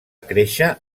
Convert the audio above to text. créixer